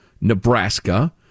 Nebraska